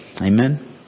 Amen